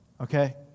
Okay